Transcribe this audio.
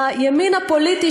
בימין הפוליטי,